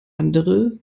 andere